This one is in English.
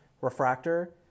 Refractor